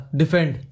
defend